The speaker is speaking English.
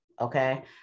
Okay